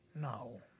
No